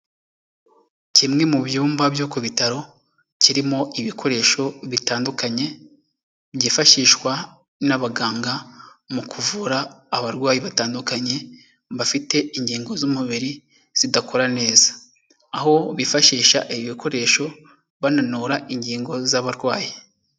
Kimwe mu byumba byo ku bitaro, kirimo ibikoresho bitandukanye, byifashishwa n'abaganga, mu kuvura abarwayi batandukanye, bafite ingingo z'umubiri zidakora neza. Aho bifashisha ibi bikoresho, bananura ingingo z'abarwayi.